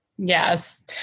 Yes